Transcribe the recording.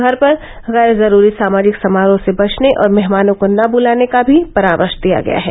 घर पर गैर जरूरी सामाजिक समारोह से बचने और मेहमानों को न बुलाने का भी परामर्श दिया गया है